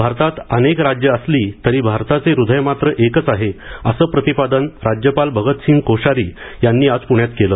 भारतात अनेक राज्य असली तरी भारताचे हृदय मात्र एकच आहे असं प्रतिपादन राज्यपाल भगतसिंग कोश्यारी यांनी आज प्ण्यात केलं